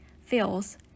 fills